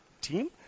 team